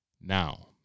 Now